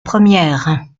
première